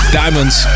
diamonds